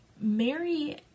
Mary